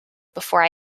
before